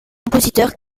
compositeurs